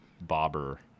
bobber